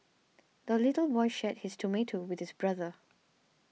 the little boy shared his tomato with his brother